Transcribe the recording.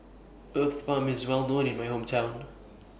Uthapam IS Well known in My Hometown